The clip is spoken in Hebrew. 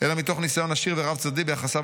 אלא מתוך ניסיון עשיר ורב-צדדי ביחסיו